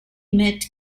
met